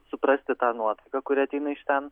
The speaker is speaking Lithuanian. suprasti tą nuotaiką kuri ateina iš ten